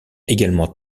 également